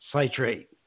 citrate